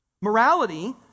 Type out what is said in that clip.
Morality